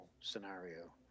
scenario